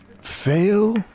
fail